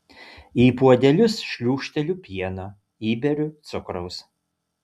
į puodelius šliūkšteliu pieno įberiu cukraus